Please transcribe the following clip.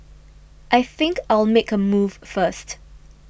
I think I'll make a move first